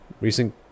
recent